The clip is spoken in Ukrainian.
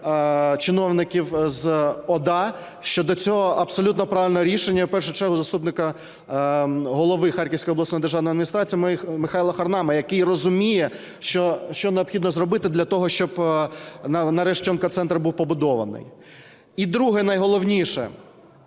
чиновників з ОДА щодо цього, абсолютно правильне рішення в першу чергу заступника Голови Харківської обласної державної адміністрації Михайла Харнама, який розуміє, що необхідно зробити для того, щоб нарешті онконцентр був побудований. І друге, найголовніше.